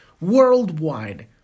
worldwide